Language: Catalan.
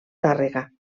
tàrrega